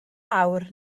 awr